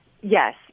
Yes